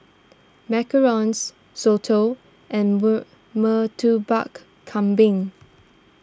Macarons Soto and Murtabak Kambing